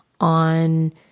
on